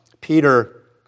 Peter